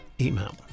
email